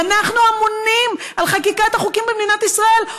ואנחנו אמונים על חקיקת החוקים במדינת ישראל,